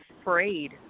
afraid